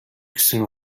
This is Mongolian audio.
гэсэн